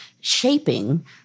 shaping